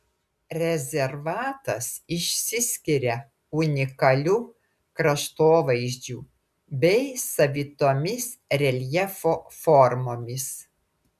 rezervatas išsiskiria unikaliu kraštovaizdžiu bei savitomis reljefo formomis